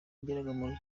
yageraga